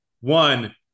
One